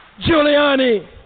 Giuliani